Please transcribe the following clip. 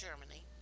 Germany